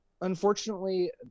unfortunately